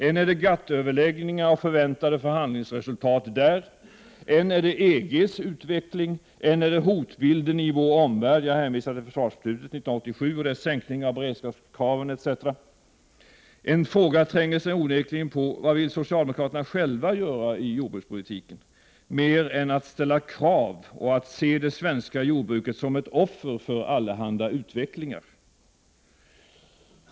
Än är det GATT överläggningar och förväntade förhandlingsresultat där, än är det EG:s utveckling, än är det hotbilden i vår omvärld — jag hänvisar till försvarsbeslutet 1987 och sänkningen där av beredskapskraven etc. En fråga tränger sig onekligen på: Vad vill socialdemokraterna själva göra i jordbrukspolitiken mer än att ställa krav och att se det svenska jordbruket som ett ”offer” för allehanda slag av utveckling?